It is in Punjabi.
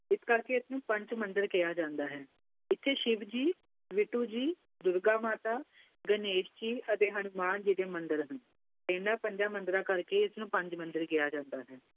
ਇਸ ਕਰਕੇ ਇਸਨੂੰ ਪੰਚ ਮੰਦਰ ਕਿਹਾ ਜਾਂਦਾ ਹੈ ਇੱਥੇ ਸ਼ਿਵ ਜੀ ਬਿੱਟੂ ਜੀ ਦੁਰਗਾ ਮਾਤਾ ਗਣੇਸ਼ ਜੀ ਅਤੇ ਹਨੁਮਾਨ ਜੀ ਦੇ ਮੰਦਰ ਹਨ ਕਹਿੰਦਾ ਪੰਜਾ ਮੰਦਰਾਂ ਕਰਕੇ ਇਸਨੂੰ ਪੰਜ ਮੰਦਰ ਕਿਹਾ ਜਾਂਦਾ ਹੈ